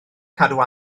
cadw